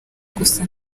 gusa